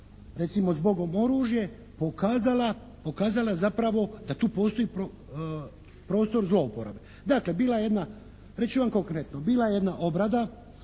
recimo «Zbogom oružje» pokazala, pokazala zapravo da tu postoji prostor zlouporabe. Dakle bila je jedna, reći ću vam konkretno. Bila je jedna obrada.